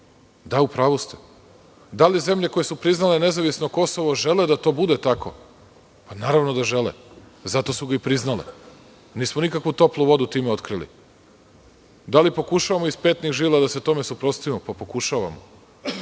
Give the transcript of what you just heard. da u pravu ste. Da li zemlje koje su priznale nezavisno Kosovo žele da to bude tako? Naravno da žele. Zato su ga i priznale. Nismo nikakvu toplu vodu time otkrili. Da li pokušavamo iz petnih žila da se tome suprotstavimo, pa pokušavamo,